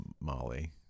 Molly